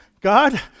God